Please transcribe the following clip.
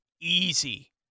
easy